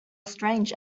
strange